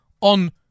on